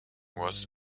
was